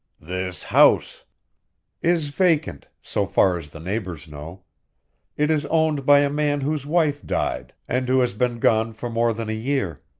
this house is vacant, so far as the neighbors know it is owned by a man whose wife died, and who has been gone for more than a year.